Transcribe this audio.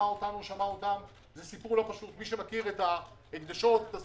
את הטענות שלהם ואת הרגישויות זה לא היה פשוט.